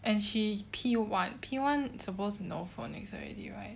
and she P one P one supposed to know for phonics already right